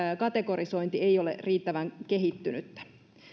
kategorisointi ei ole riittävän kehittynyttä